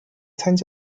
参加